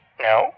No